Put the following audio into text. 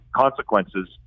consequences